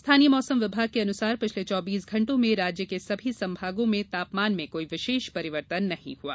स्थानीय मौसम विभाग के अनुसार पिछले चौबीस घण्टों में राज्य के सभी संभागों में तापमान में कोई विशेष परिवर्तन नहीं हुआ